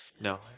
No